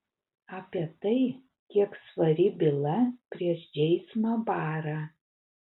apie tai kiek svari byla prieš džeimsą barą